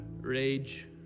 rage